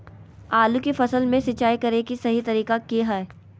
आलू की फसल में सिंचाई करें कि सही तरीका की हय?